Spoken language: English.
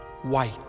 white